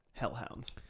Hellhounds